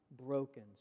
broken